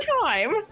time